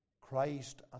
Christ